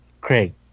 Craig